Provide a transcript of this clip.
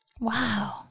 Wow